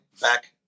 back